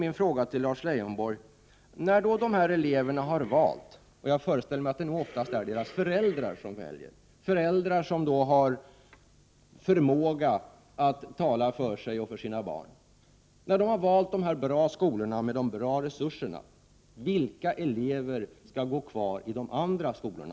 Min fråga till Lars Leijonborg blir då: När eleverna har valt — och jag föreställer mig att det nog oftast är deras föräldrar som väljer, föräldrar som har förmåga att tala för sig och sina barn — de här bra skolorna med de goda resurserna, vilka elever skall då gå kvar i de andra skolorna?